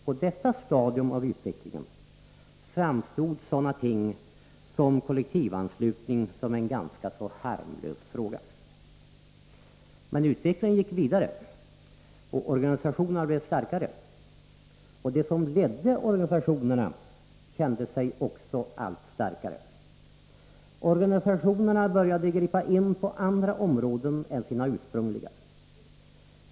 På detta stadium av utvecklingen framstod sådana ting som kollektivanslutning som en ganska harmlös fråga. Men utvecklingen gick vidare och organisationerna blev starkare, och de som ledde organisationerna kände sig också allt starkare. Organisationerna började gripa in på andra områden än sina ursprungliga.